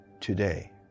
today